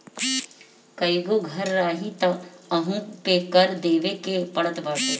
कईगो घर रही तअ ओहू पे कर देवे के पड़त बाटे